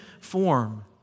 form